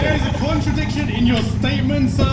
is a contradiction in your statement,